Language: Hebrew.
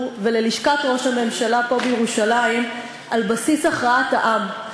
וללשכת ראש הממשלה פה בירושלים על בסיס הכרעת העם,